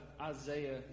Isaiah